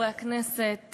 חברי הכנסת,